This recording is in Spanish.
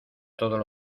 todos